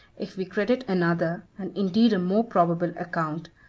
if we credit another, and indeed a more probable account,